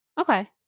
okay